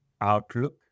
outlook